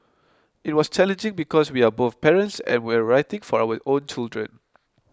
it was challenging because we are both parents and we're writing for our own children